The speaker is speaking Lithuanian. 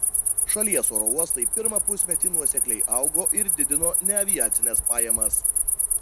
šalies oro uostai pirmą pusmetį nuosekliai augo ir didino neaviacines pajamas